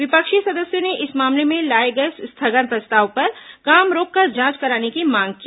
विपक्षी सदस्यों ने इस मामले में लाए गए स्थगन प्रस्ताव पर काम रोककर जांच कराने की मांग की